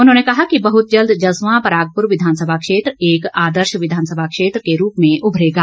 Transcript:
उन्होंने कहा कि बहुत जल्द जसवां परागपुर विधानसभा क्षेत्र एक आदर्श विधानसभा क्षेत्र के रूप में उभरेगा